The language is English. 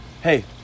hey